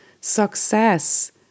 success